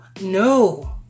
No